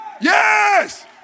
Yes